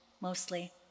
mostly